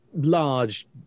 large